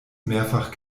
mehrfach